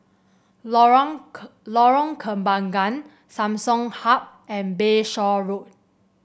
Lorong Lorong Kembagan Samsung Hub and Bayshore Road